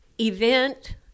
event